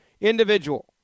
individual